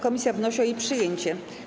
Komisja wnosi o jej przyjęcie.